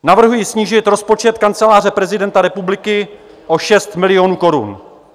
Navrhuji snížit rozpočet Kanceláře prezidenta republiky o 6 milionů korun.